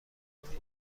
انتخاب